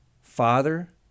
Father